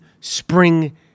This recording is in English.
spring